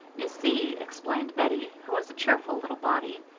you see, explained bettie, who was a cheerful little body,